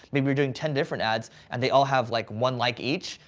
maybe you're doing ten different ads, and they all have like one like each,